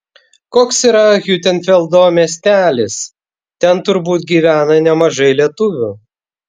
koks yra hiutenfeldo miestelis ten turbūt gyvena nemažai lietuvių